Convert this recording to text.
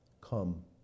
come